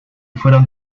fueron